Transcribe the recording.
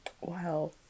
Wow